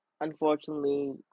unfortunately